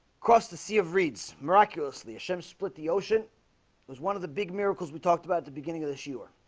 cross the sea of reeds miraculously ashim split the ocean was one of the big miracles we talked about at the beginning of the shuar